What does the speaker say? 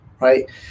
right